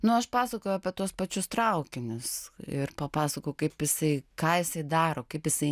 nu aš pasakojau apie tuos pačius traukinius ir papasakojau kaip jisai ką jisai daro kaip jisai